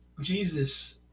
Jesus